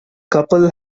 couple